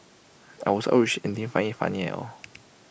I was outraged and didn't find IT funny at all